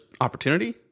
opportunity